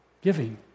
Giving